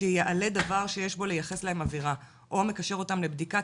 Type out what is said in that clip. שיעלה דבר שיש דבר לו לייחס להם עבירה או מקשר אותם לבדיקה,